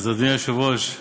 אדוני היושב-ראש,